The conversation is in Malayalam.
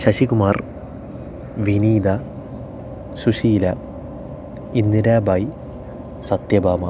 ശശികുമാര് വിനീത ശുശീല ഇന്ദിരാബായി സത്യഭാമ